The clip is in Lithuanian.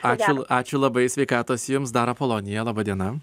ačiū ačiū labai sveikatos jums dar apolonija laba diena